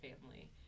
family